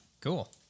Cool